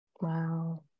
Wow